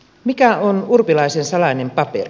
mikä on urpilaisen salainen paperi